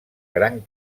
gran